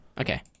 Okay